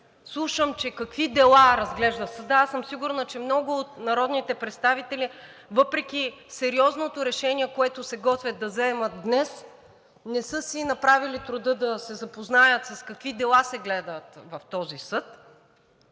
слушам какви дела разглежда съдът, сигурна съм, че много от народните представители, въпреки сериозното решение, което се готвят да вземат днес, не са си направили труда да се запознаят какви дела има в този съд.